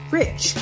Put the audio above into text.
rich